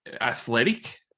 athletic